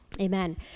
Amen